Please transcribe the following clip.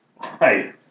Hi